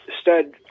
stud